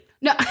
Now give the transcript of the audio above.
No